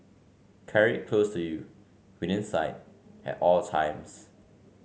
carry close to you within sight at all times